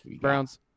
Browns